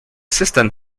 system